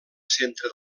centre